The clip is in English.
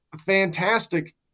fantastic